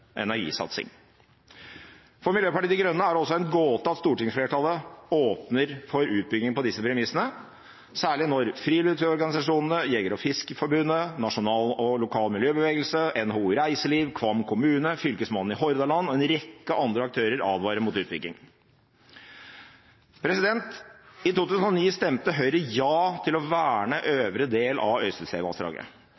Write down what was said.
energisatsing. For Miljøpartiet De Grønne er det også en gåte at stortingsflertallet åpner for utbygging på disse premissene, særlig når friluftsorganisasjonene, Norges Jeger- og Fiskerforbund, nasjonal og lokal miljøbevegelse, NHO Reiseliv, Kvam kommune, Fylkesmannen i Hordaland og en rekke andre aktører advarer mot utbygging. I 2009 stemte Høyre ja til å verne